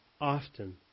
often